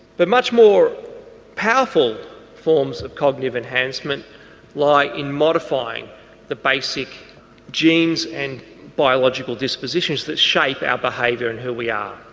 but much more powerful forms of cognitive enhancement lie in modifying the basic genes and biological dispositions that shape our behaviour and who we are.